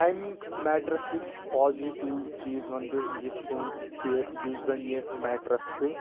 امہِ میٹرَسٕکۍ پازِٹِو چیٖز وَنہٕ بہٕ یِتھ پٲٹھۍ کہِ یُس زَن یہِ میٹرَس چھُ